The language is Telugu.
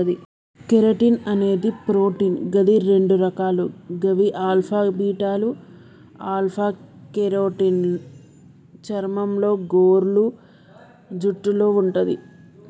కెరటిన్ అనేది ప్రోటీన్ గది రెండు రకాలు గవి ఆల్ఫా, బీటాలు ఆల్ఫ కెరోటిన్ చర్మంలో, గోర్లు, జుట్టులో వుంటది